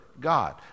God